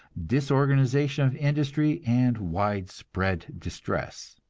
disorganization of industry and widespread distress.